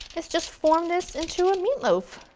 is just form this into a meatloaf.